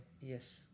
Yes